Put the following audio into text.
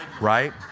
Right